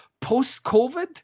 post-COVID